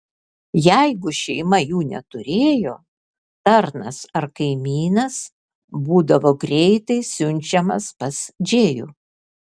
jeigu šeima jų neturėjo tarnas ar kaimynas būdavo greitai siunčiamas pas džėjų